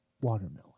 watermelon